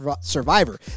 survivor